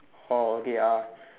oh okay uh